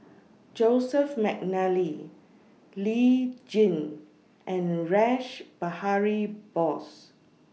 Joseph Mcnally Lee Tjin and Rash Behari Bose